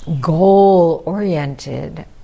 goal-oriented